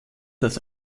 das